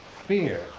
fear